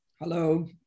Hello